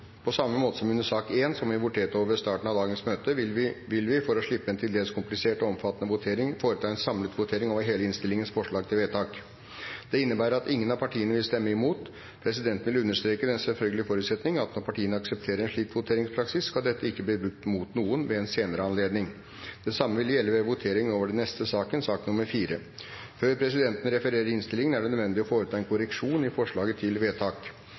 På samme måte som under sak nr. 1, som vi voterte over ved starten av dagens møte, vil vi for å slippe en til dels komplisert og omfattende votering foreta en samlet votering over hele innstillingens forslag til vedtak. Dette innebærer at ingen av partiene vil stemme imot. Presidenten vil understreke den selvfølgelige forutsetning at når partiene aksepterer en slik voteringspraksis, skal dette ikke bli brukt mot noen ved en senere anledning. Det samme gjelder ved votering over sak nr. 4. Før presidenten refererer innstillingen, er det nødvendig å foreta en korreksjon i forslaget til vedtak: